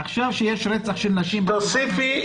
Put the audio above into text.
עכשיו, כשיש רצח של נשים, אני לא מסכים.